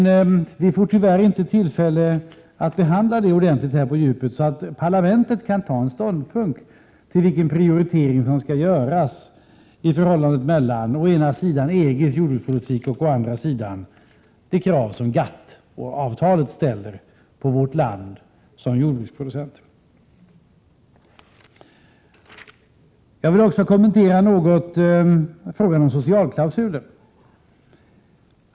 Tyvärr får vi inte tillfälle att behandla dessa frågor ordentligt på djupet, så att parlamentet kan ta ställning till vilken prioritering som skall göras i förhållandet mellan å ena sidan EG:s jordbrukspolitik och å andra sidan de krav som GATT-avtalet ställer på vårt land som jordbruksproducent. Jag vill också något kommentera frågan om socialklausulen.